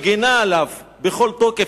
מגינה עליו בכל תוקף,